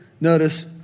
notice